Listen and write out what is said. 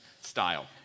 style